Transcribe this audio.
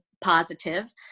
positive